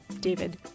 David